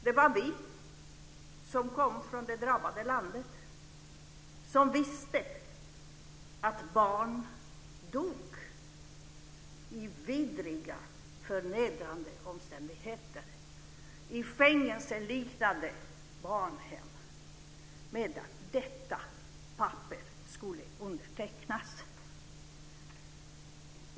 Det var vi som kom från det drabbade landet som visste att barn dog under vidriga, förnedrande omständigheter, i fängelseliknande barnhem, medan detta papper skulle undertecknas.